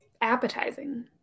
appetizing